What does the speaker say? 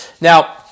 Now